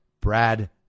Brad